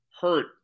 hurt